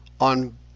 on